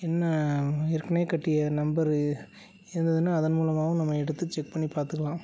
என்ன ஏற்கனவே கட்டிய நம்பரு இருந்ததுன்னா அதன் மூலமாகவும் நம்ம எடுத்து செக் பண்ணி பார்த்துக்கலாம்